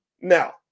Now